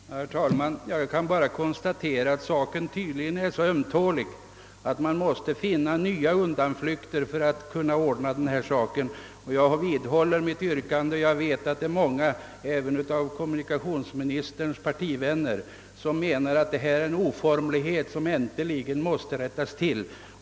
Herr talman! Jag kan bara konstatera att saken tydligen är så ömtålig, att regeringen måste hitta på nya undanflykter för att kunna klara sig. Jag vidhåller mitt yrkande och vet också att många av kommunikationsministerns partivänner anser att detta är en oformlighet som äntligen måste rättas till.